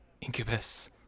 Incubus